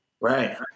Right